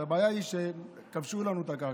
הבעיה היא שכבשו לנו את הקרקע,